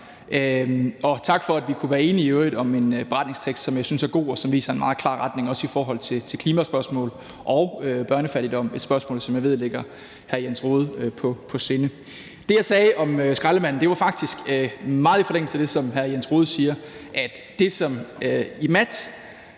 tak for, at vi kunne være enige om en vedtagelsestekst, som jeg synes er god, og som viser en meget klar retning, også i forhold til klimaspørgsmål og børnefattigdom – et spørgsmål, som jeg ved ligger hr. Jens Rohde på sinde. Det, jeg sagde om skraldemanden, var faktisk meget i forlængelse af det, som hr. Jens Rohde sagde. Det, Imad,